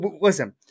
listen